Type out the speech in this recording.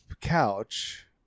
couch